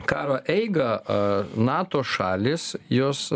karo eigą nato šalys jos